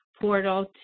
portal